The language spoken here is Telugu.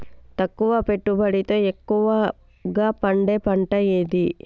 తక్కువ పెట్టుబడితో ఎక్కువగా పండే పంట ఏది?